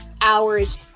hours